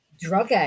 drug